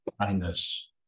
kindness